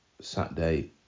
Saturday